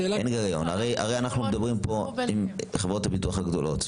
הרי אנחנו מדברים פה עם חברות הביטוח הגדולות,